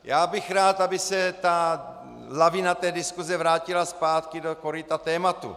Já bych rád, aby se lavina diskuse vrátila zpátky do koryta tématu.